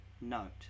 note